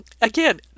again